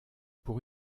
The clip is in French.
pour